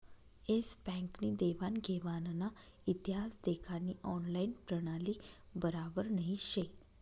S Bank नी देवान घेवानना इतिहास देखानी ऑनलाईन प्रणाली बराबर नही शे